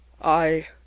I